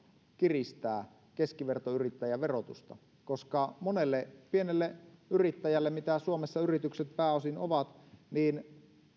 kiristää keskivertoyrittäjän verotusta koska monelle pienelle yrittäjälle mitä suomessa yritykset pääosin ovat